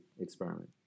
experiment